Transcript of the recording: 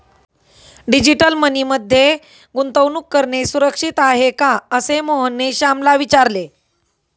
digital money मध्ये गुंतवणूक करणे सुरक्षित आहे का, असे मोहनने श्यामला विचारले